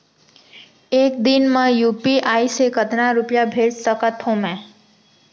एक दिन म यू.पी.आई से कतना रुपिया भेज सकत हो मैं?